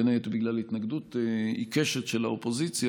בין היתר בגלל התנגדות עיקשת של האופוזיציה.